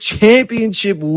Championship